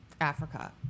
Africa